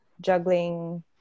juggling